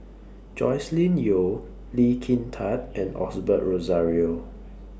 Joscelin Yeo Lee Kin Tat and Osbert Rozario